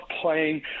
playing